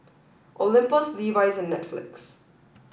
Olympus Levi's and Netflix